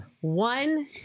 One